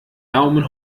daumen